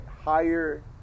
higher